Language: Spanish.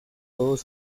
todos